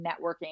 networking